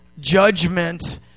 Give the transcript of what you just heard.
judgment